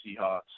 Seahawks